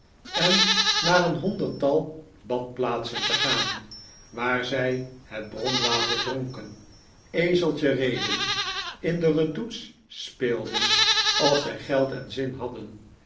en naar een honderdtal badplaatsen te gaan waar zij het bron water dronken ezeltje reden in de redoutes speelden als zij geld en zin hadden